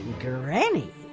granny.